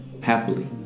happily